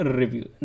review